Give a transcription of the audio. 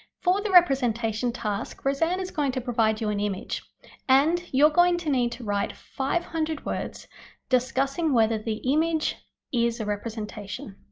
for the representation task rosanne is going to provide you an image and you're going to need to write five hundred words discussing whether the image is a representation.